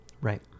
Right